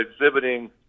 exhibiting